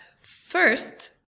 first